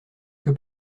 que